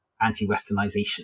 anti-Westernization